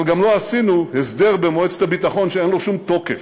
אבל גם לא עשינו הסדר במועצת הביטחון שאין לו שום תוקף,